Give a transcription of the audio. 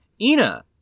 Ina